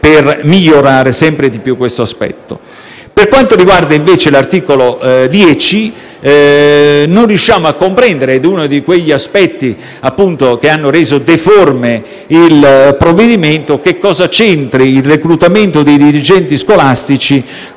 Per quanto riguarda, invece, l'articolo 10, non riusciamo a comprendere - ed è uno degli aspetti che hanno reso deforme il provvedimento - che cosa c'entri il reclutamento dei dirigenti scolastici